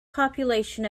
population